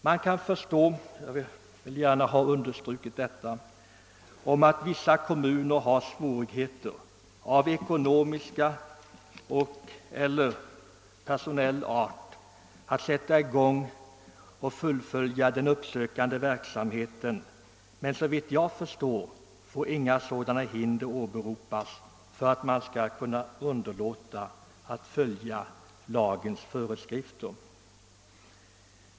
Man kan förstå — jag vill gärna ha understrukit detta — om vissa kommuner har svårigheter av ekonomisk och/ eller personell art att sätta i gång och fullfölja den uppsökande verksamheten, men såvitt jag förstår får inga sådana hinder åberopas för att man underlåter att följa lagens föreskrifter.